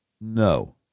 No